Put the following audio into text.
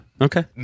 Okay